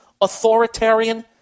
authoritarian